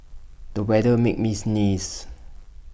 the weather made me sneeze